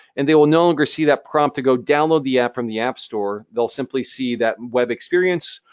and they will no longer see that prompt to go download the app from the app store. they'll simply see that web experience,